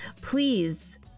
please